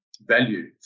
value